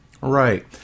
Right